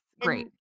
great